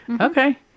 Okay